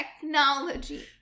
technology